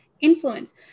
influence